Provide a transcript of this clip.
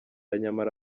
nyamara